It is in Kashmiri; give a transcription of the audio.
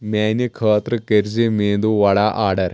میانہِ خٲطرٕ کٔرۍ زِ میندوٗوڈا آرڈر